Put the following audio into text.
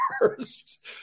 first